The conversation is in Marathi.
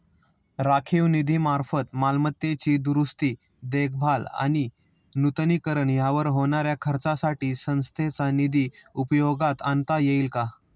राखीव निधीमार्फत मालमत्तेची दुरुस्ती, देखभाल आणि नूतनीकरण यावर होणाऱ्या खर्चासाठी संस्थेचा निधी उपयोगात आणता येईल का?